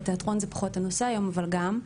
בתיאטרון זה פחות הנושא היום, אבל גם.